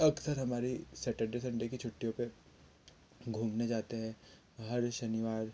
अक्सर हमारी Saturday Sunday छुट्टियों पे घूमने जाते हैं हर शनिवार